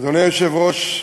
אדוני היושב-ראש,